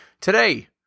Today